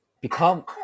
become